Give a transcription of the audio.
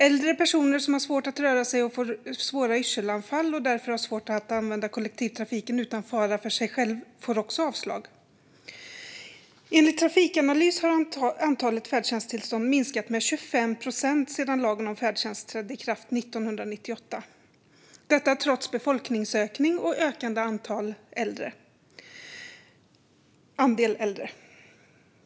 Äldre personer som har svårt att röra sig och som får svåra yrselanfall och som därför har svårt att använda kollektivtrafik utan fara för sig själva får också avslag. Enligt Trafikanalys har antalet färdtjänsttillstånd minskat med 25 procent sedan lagen om färdtjänst trädde i kraft 1998. Så är det trots befolkningsökning och en ökande andel äldre.